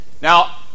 Now